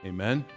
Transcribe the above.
Amen